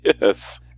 Yes